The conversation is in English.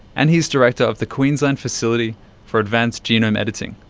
and he's director of the queensland facility for advanced genome editing.